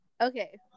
okay